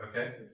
Okay